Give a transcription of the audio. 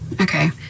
Okay